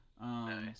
Nice